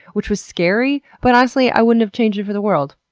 which was scary, but honestly i wouldn't have changed it for the world.